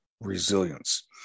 resilience